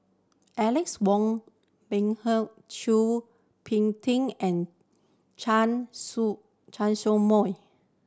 Alex Ong Boon Hau Chua Phung Kim and Chen Show Chen Show Mao